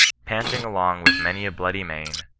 panting along with many a bloody mane